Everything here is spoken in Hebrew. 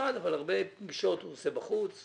אבל הרבה פגישות הוא עושה בחוץ.